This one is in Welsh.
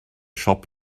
siop